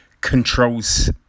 controls